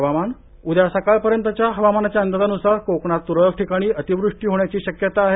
हवामानः उद्या सकाळपर्यंतच्या हवामानाच्या अंदाजान्सार कोकणात त्रळक ठिकाणी अतिवृष्टी होण्याची शक्यता आहे